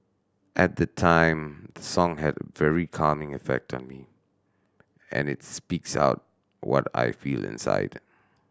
at the time the song had a very calming effect on me and it speaks out what I feel inside